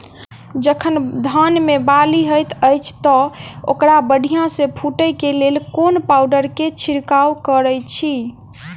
जखन धान मे बाली हएत अछि तऽ ओकरा बढ़िया सँ फूटै केँ लेल केँ पावडर केँ छिरकाव करऽ छी?